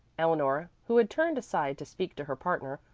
eleanor, who had turned aside to speak to her partner,